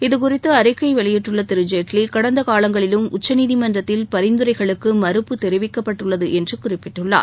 இது குறித்து அறிக்கை வெளியிட்டுள்ள திரு ஜெட்லி கடந்த காலங்களிலும் உச்ச நீதிமன்றத்தில் பரிந்துரைகளுக்கு மறுப்பு தெரிவிக்கப்பட்டுள்ளது என்று குறிப்பிட்டுள்ளார்